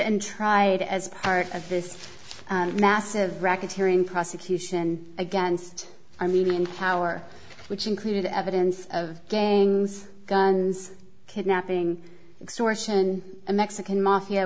and tried as part of this massive racketeering prosecution against a media and power which included evidence of gangs guns kidnapping extortion a mexican mafia